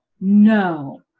no